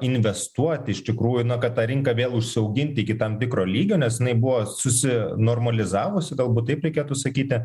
investuoti iš tikrųjų na kad tą rinką vėl užsiauginti iki tam tikro lygio nes jinai buvo susinormalizavusi galbūt taip reikėtų sakyti